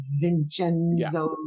Vincenzo